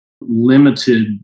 limited